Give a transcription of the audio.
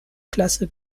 klasse